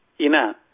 ina